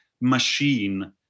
machine